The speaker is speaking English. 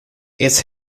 its